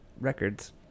records